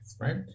right